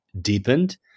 deepened